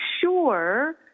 sure